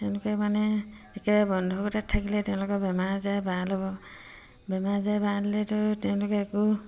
তেওঁলোকে মানে একেবাৰে বন্ধ কোঠাত থাকিলে তেওঁলোকৰ বেমাৰ আজাৰে বাঁহ ল'ব বেমাৰ আজাৰে বাঁহ ল'লেতো তেওঁলোকে একো